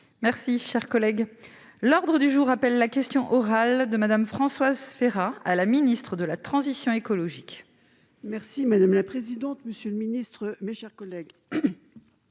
Merci, cher collègue, l'ordre du jour appelle la question orale de Madame Françoise Férat à la ministre de la transition écologique. Merci madame la présidente, monsieur le ministre, mes chers collègues,